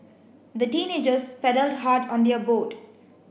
the teenagers paddled hard on their boat